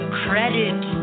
credit